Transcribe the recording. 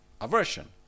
Aversion